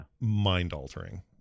mind-altering